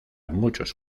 muchos